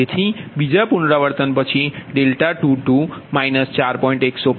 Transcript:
તેથી બીજા પુનરાવર્તન પછી 22 4